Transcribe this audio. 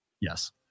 Yes